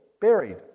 buried